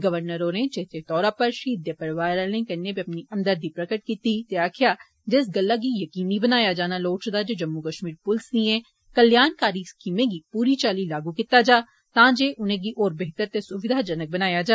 governor होरें चेचे तौरा पर शहीदें दे परिवार आलें कन्नै बी अपनी हमदर्दी प्रगट कीत्ती ते आक्खेया जे इस गल्लै गी यकीनी बनाया जाना लोढ़चदा जे जम्मू कश्मीर पुलसै दिएं कल्याणकारी स्कीमें गी पूरी चाल्ली लागू कीत्ता जा तां जे उनेंगी होर बेहतर ते सुविधा जनक बनाया जा